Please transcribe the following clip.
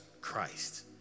Christ